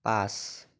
পাঁচ